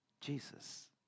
Jesus